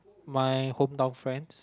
my hometown friends